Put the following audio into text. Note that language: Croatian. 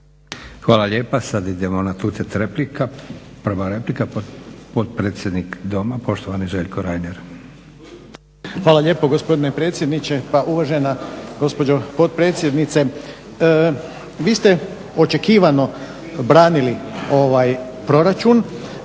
Hvala lijepa. Sad idemo na tucet replika. Prva replika, potpredsjednik Doma poštovani Željko Reiner. **Reiner, Željko (HDZ)** Hvala lijepo gospodine predsjedniče. Pa uvažena gospođo potpredsjednice vi ste očekivano branili ovaj proračun,